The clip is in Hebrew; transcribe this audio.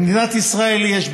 במדינת ישראל יש,